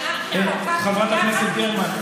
אנחנו חוקקנו, חברת הכנסת גרמן.